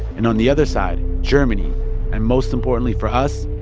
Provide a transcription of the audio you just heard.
and on the other side, germany and, most importantly for us,